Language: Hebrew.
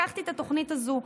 לקחתי את התוכנית הזו,